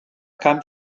kam